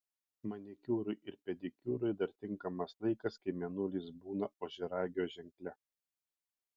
manikiūrui ir pedikiūrui dar tinkamas laikas kai mėnulis būna ožiaragio ženkle